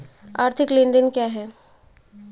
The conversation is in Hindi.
आर्थिक लेनदेन क्या है?